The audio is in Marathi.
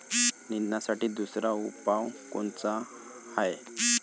निंदनासाठी दुसरा उपाव कोनचा हाये?